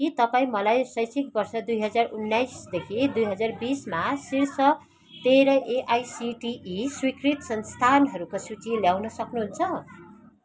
के तपाईँँ मलाई शैक्षिक वर्ष दुई हजार उन्नाइसदेखि दुइ हजार बिसमा शीर्ष तेह्र एआइसिटिई स्वीकृत संस्थानहरूको सूची ल्याउन सक्नुहुन्छ